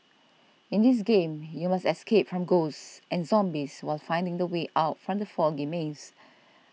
in this game you must escape from ghosts and zombies while finding the way out from the foggy maze